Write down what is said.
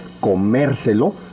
comérselo